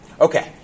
Okay